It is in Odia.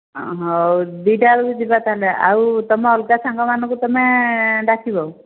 ହଉ ଦୁଇଟା ବେଳକୁ ଯିବା ତା'ହେଲେ ଆଉ ତୁମ ଅଲଗା ସାଙ୍ଗମାନଙ୍କୁ ତୁମେ ଡାକିବ